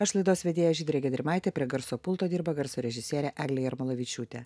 aš laidos vedėja žydrė gedrimaitė prie garso pulto dirba garso režisierė eglė jarmolavičiūtė